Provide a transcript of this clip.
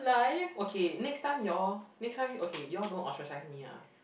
okay next time you all next time okay you all don't ostracise me ah